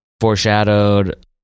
foreshadowed